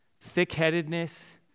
thick-headedness